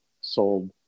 sold